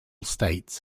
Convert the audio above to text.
states